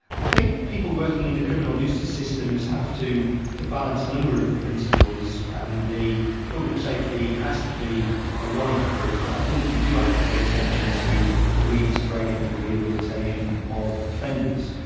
i think people working in the criminal justice systems have to to balance a number of principles, and the public safety has to be ah one of those, but i think you do have to pay attention to the reintegration and the rehabilitation of offenders.